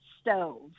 stove